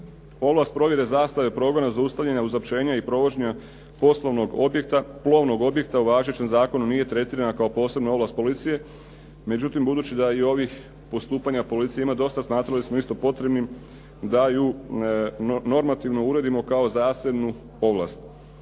Ovlast provjere zastare progona … /Govornik se ne razumije./ … i provođenja plovnog objekta u važećem zakonu nije tretirana kao posebna ovlast policije. Međutim, budući da u ovih postupanja policija ima dosta, smatrali smo isto potrebnim da ju normativno uredimo kao zasebnu ovlast.